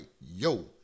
yo